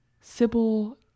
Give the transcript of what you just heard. Sybil